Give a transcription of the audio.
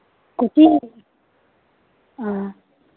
ꯑꯥ